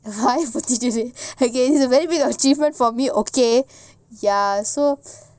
the is a very big achievement for me okay ya so